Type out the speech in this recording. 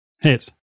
Hit